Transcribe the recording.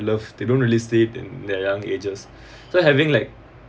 love they don't really stay in that young ages so having like